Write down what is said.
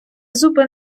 зуби